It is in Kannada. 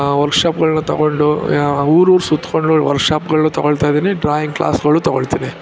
ವರ್ಕ್ಶಾಪ್ಗಳನ್ನ ತಗೊಂಡು ಊರೂರು ಸುತ್ತಿಕೊಂಡು ವರ್ಕ್ಶಾಪ್ಗಳನ್ನು ತಗೋಳ್ತಾ ಇದ್ದೀನಿ ಡ್ರಾಯಿಂಗ್ ಕ್ಲಾಸ್ಗಳು ತಗೋಳ್ತೀನಿ